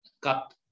cut